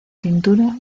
pintura